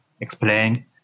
explain